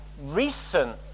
recent